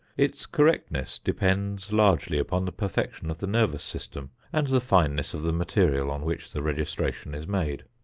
its correctness depends largely upon the perfection of the nervous system and the fineness of the material on which the registration is made.